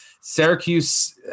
Syracuse